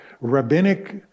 rabbinic